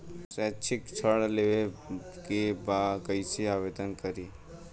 शैक्षिक ऋण लेवे के बा कईसे आवेदन करी?